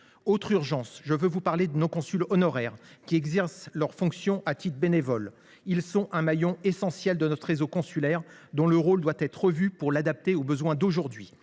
Autre urgence : nos consuls honoraires, qui exercent leurs fonctions à titre bénévole. Ils sont un maillon essentiel de notre réseau consulaire. Leur rôle doit être revu, pour être adapté aux besoins d’aujourd’hui.